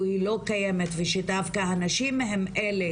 היא לא קיימת ושדווקא הנשים הן אלה,